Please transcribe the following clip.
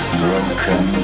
broken